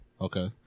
Okay